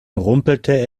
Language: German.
rumpelte